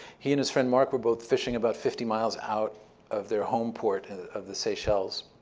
he and his friend marc were both fishing about fifty miles out of their home port of the seychelles.